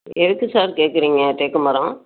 எதுக்கு சார் கேட்கறீங்க தேக்கு மரம்